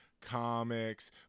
comics